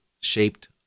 shaped